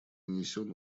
нанесен